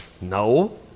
no